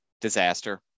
disaster